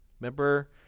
Remember